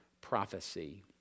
prophecy